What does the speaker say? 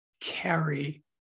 carry